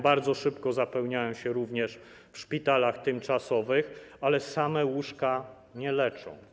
Bardzo szybko zapełniają się również w szpitalach tymczasowych, ale same łóżka nie leczą.